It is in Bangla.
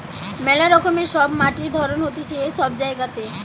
মেলা রকমের সব মাটির ধরণ হতিছে সব জায়গাতে